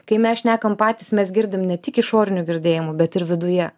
kai mes šnekam patys mes girdim ne tik išoriniu girdėjimu bet ir viduje